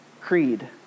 Creed